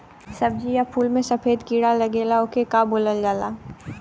सब्ज़ी या फुल में सफेद कीड़ा लगेला ओके का बोलल जाला?